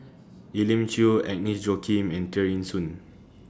Elim Chew Agnes Joaquim and Tear Ee Soon